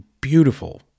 beautiful